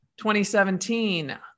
2017